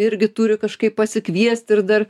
irgi turi kažkaip pasikviesti ir dar